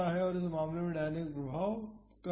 तो इस मामले में डायनामिक प्रभाव कम हैं